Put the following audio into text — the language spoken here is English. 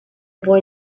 boy